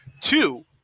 two